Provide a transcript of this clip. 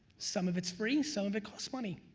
some of it's free, some of it costs money.